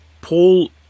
Paul